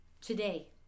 today